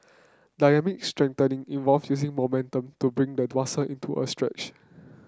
dynamic stretching involve using momentum to bring the muscle into a stretch